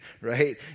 right